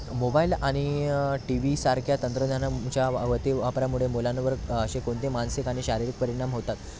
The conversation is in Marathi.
मोबाईल आणि टी वी सारख्या तंत्रज्ञानांच्या वा अतिवापरामुळे मुलांवर असे कोणते मानसिक आणि शारीरिक परिणाम होतात